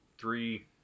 three